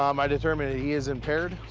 um i determined that he is impaired,